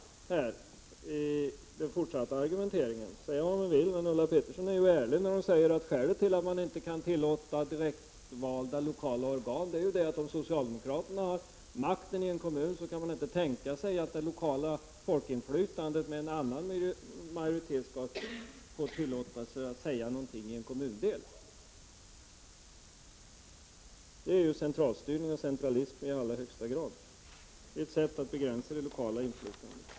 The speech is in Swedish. I den fortsatta argumenteringen kommer skälet fram. Säga vad man vill, men Ulla Pettersson är ärlig när hon säger att skälet till att man inte kan tillåta direktvalda lokala organ är att om socialdemokraterna har makten i en kommun kan man inte tänka sig att det lokala folkinflytandet, med en annan majoritet, skall tillåtas att säga någonting i en kommundel. Det är centralstyrning, centralism i allra högsta grad. Det är ett sätt att begränsa det lokala inflytandet.